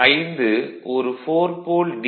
5 ஒரு 4 போல் டி